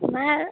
में